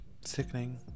sickening